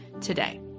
today